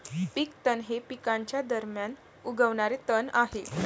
पीक तण हे पिकांच्या दरम्यान उगवणारे तण आहे